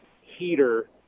heater